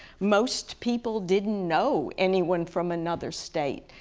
most people didn't know anyone from another state.